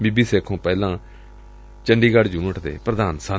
ਬੀਬੀ ਸੇਖੋ ਪਹਿਲਾ ਚੰਡੀਗੜ ਯੁਨਿਟ ਦੇ ਪ੍ਰਧਾਨ ਸਨ